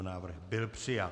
Návrh byl přijat.